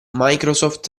microsoft